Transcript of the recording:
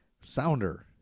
Sounder